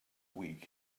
week